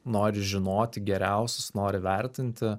nori žinoti geriausius nori vertinti